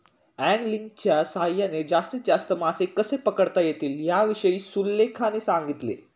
अँगलिंगच्या सहाय्याने जास्तीत जास्त मासे कसे पकडता येतील याविषयी सुलेखाने सांगितले